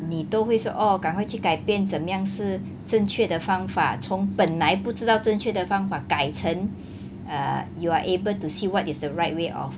你都会说 orh 赶快去改变怎么样是正确的方法从本来不知道正确的方法改成 err you are able to see what is the right way of